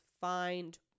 find